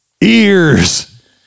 Ears